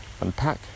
unpack